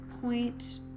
point